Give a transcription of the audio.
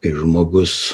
kai žmogus